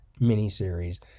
miniseries